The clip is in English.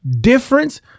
difference